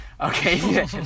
Okay